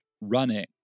running